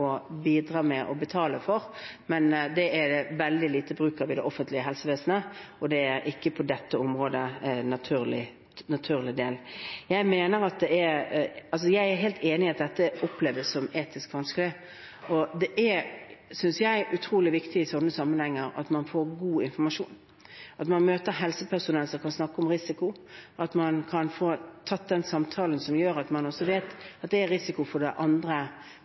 betale for det, men det er det veldig lite bruk av i det offentlige helsevesenet, og det er på dette området ikke en naturlig del. Jeg er helt enig i at dette oppleves som etisk vanskelig, og det er – synes jeg – utrolig viktig i sånne sammenhenger at man får god informasjon, at man møter helsepersonell som kan snakke om risiko, og at man kan få tatt den samtalen som gjør at man vet at det er en risiko for det andre